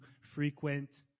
frequent